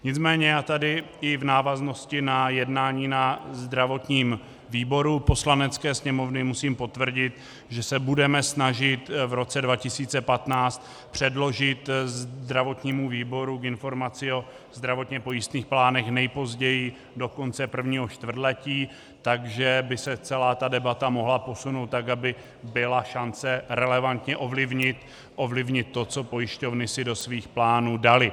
Nicméně tady i v návaznosti na jednání na zdravotním výboru Poslanecké sněmovny musím potvrdit, že se budeme snažit v roce 2015 předložit zdravotnímu výboru informaci o zdravotně pojistných plánech nejpozději do konce prvního čtvrtletí, takže by se celá debata mohla posunout tak, aby byla šance relevantně ovlivnit to, co si pojišťovny do svých plánů daly.